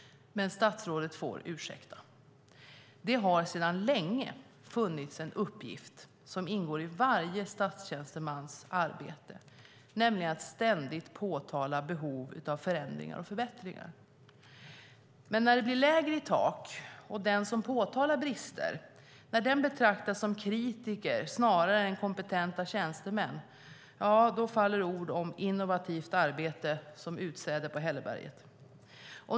Statsrådet får ursäkta, men det har sedan länge funnits en uppgift som ingår i varje statstjänstemans arbete, nämligen att ständigt påpeka behov av förändringar och förbättringar. Men när det blir lägre i tak och den som påtalar brister betraktas som kritiker snarare än som kompetent tjänsteman faller ord om innovativt arbete som utsäde på hälleberget.